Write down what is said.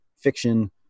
fiction